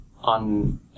on